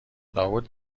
لابد